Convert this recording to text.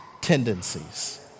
tendencies